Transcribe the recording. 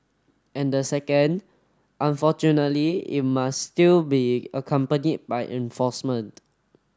and the second unfortunately it must still be accompanied by enforcement